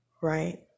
right